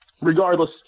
Regardless